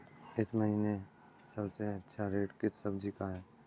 इस महीने सबसे अच्छा रेट किस सब्जी का है?